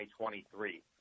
2023